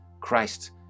Christ